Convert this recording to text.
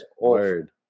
Word